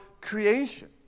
creation